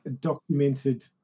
documented